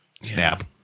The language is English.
snap